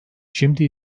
şimdi